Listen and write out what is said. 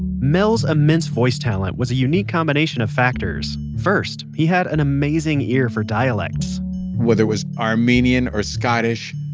mel's immense voice talent was a unique combination of factors. first, he had an amazing ear for dialects whether it was armenian or scottish,